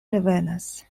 revenas